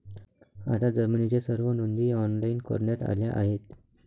आता जमिनीच्या सर्व नोंदी ऑनलाइन करण्यात आल्या आहेत